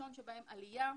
הראשון שבהם עלייה,